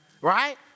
right